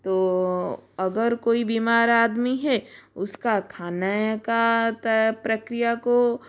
तो अगर कोई बीमार आदमी है उसका खाने य का त प्रक्रिया को सुधार लो और उसका